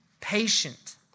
patient